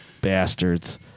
Bastards